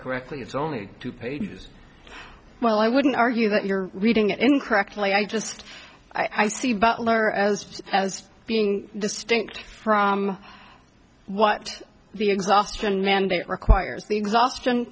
correctly it's only two pages well i wouldn't argue that you're reading it incorrectly i just i see butler as just as being distinct from what the exhaustion mandate requires the exhaustion